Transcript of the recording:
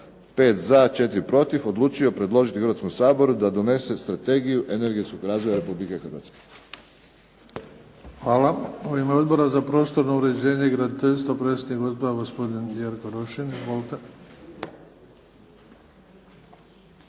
5 za, 4 protiv odlučio predložiti Hrvatskom saboru da donese strategiju energetskog razvoja Republike Hrvatske. **Bebić, Luka (HDZ)** Hvala. U ime Odbora za prostorno uređenje i graditeljstvo, predsjednik odbora gospodin Jerko Rošin.